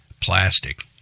plastic